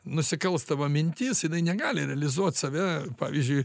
nusikalstama mintis jinai negali realizuot save pavyzdžiui